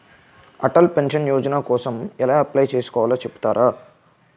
Atal pension Yojana కోసం ఎలా apply చేసుకోవాలో చెపుతారా?